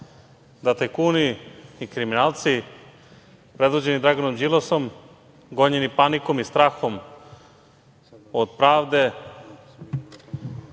da tajkuni i kriminalci predvođeni Draganom Đilasom, gonjeni panikom i strahom od pravde